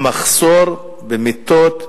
המחסור במיטות,